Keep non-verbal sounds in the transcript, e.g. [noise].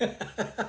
[laughs]